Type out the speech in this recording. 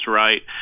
right